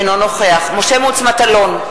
אינו נוכח משה מטלון,